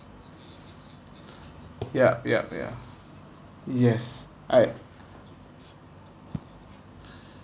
yup yup yup yes right